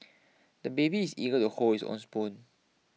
the baby is eager to hold his own spoon